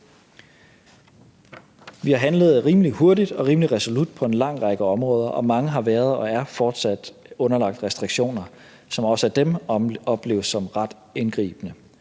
Vi har handlet rimelig hurtigt og rimelig resolut på en lang række områder, og mange har været og er fortsat underlagt restriktioner, som også af dem opleves som ret indgribende.